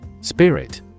Spirit